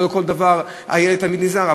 לא בכל דבר הילד תמיד נזהר.